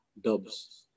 dubs